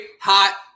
hot